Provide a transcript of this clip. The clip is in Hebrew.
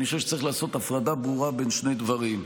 אני חושב שצריך לעשות הפרדה ברורה בין שני דברים.